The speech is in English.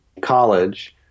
college